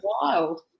wild